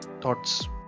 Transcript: Thoughts